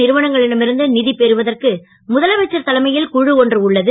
நிறுவனங்களிடம் இருந்து நிதி பெறுவதற்கு முதலமைச்சர் தலைமையில் குழு ஒன்று உள்ளது